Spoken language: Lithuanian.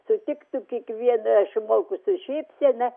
sutiktum kiekvieną žmogų su šypsena